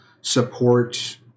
support